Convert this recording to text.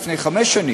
לפני חמש שנים?